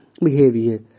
behavior